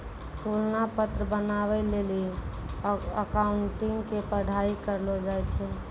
तुलना पत्र बनाबै लेली अकाउंटिंग के पढ़ाई करलो जाय छै